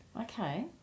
Okay